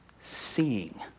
seeing